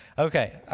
okay.